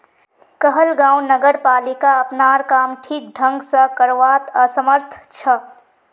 कहलगांव नगरपालिका अपनार काम ठीक ढंग स करवात असमर्थ छ